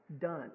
done